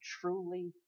truly